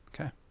okay